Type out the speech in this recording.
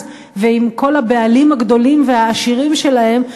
ועם כל הבעלים הגדולים והעשירים שלהן,